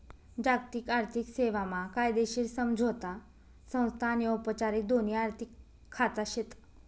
जागतिक आर्थिक सेवा मा कायदेशीर समझोता संस्था आनी औपचारिक दोन्ही आर्थिक खाचा शेत